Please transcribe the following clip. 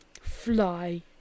fly